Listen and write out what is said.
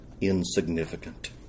insignificant